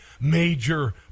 major